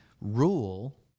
rule